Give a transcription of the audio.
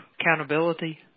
accountability